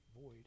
void